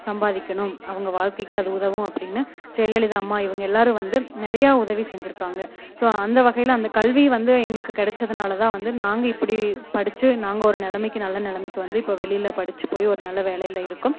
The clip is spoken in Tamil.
சம்பாதிக்கணும் அவங்க வாழ்க்கைக்கு அது உதவும் அப்படின்னு ஜெயலலிதா அம்மா இவங்க எல்லாரும் வந்து நிறையா உதவி செஞ்சுருக்காங்க ஸோ அந்த வகையில் அந்த கல்வி வந்து எங்களுக்கு கிடச்சதுனால தான் வந்து நாங்கள் இப்படி படிச்சு நாங்கள் ஒரு நிலமைக்கி நல்ல நிலமைக்கி வந்து இப்போ வெளியில படிச்சு போய் ஒரு நல்ல வேலையில் இருக்கோம்